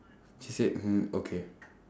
she said hmm okay